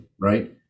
right